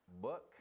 book